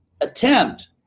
attempt